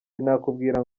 sinakubwira